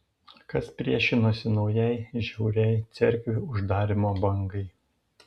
kas priešinosi naujai žiauriai cerkvių uždarymo bangai